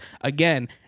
again